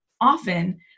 Often